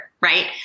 right